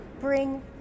bring